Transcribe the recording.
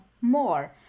more